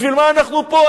בשביל מה אנחנו פה?